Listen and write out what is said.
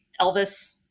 Elvis